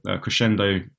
Crescendo